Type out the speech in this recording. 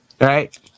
right